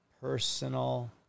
personal